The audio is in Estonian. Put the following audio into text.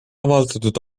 avaldatud